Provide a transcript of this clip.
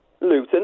Luton